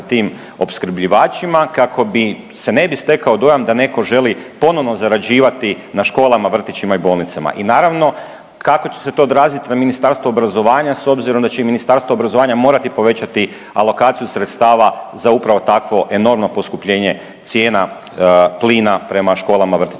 tim opskrbljivačima kako bi se ne bi stekao dojam da neko želi ponovno zarađivati na školama, vrtićima i bolnicama? I naravno kako će se to odraziti na Ministarstvo obrazovanja s obzirom da će i Ministarstvo obrazovanja morati povećati alokaciju sredstava za upravo takvo enormno poskupljenje cijena plina prema školama, vrtićima?